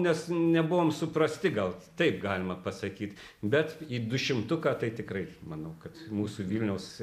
nes nebuvom suprasti gal taip galima pasakyt bet į du šimtuką tai tikrai manau kad mūsų vilniaus